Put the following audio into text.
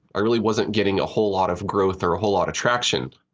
i really wasn't getting a whole lot of growth or whole lot of traction,